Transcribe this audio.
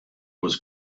was